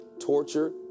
TORTURE